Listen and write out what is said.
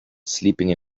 sleeping